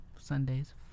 Sundays